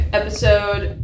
episode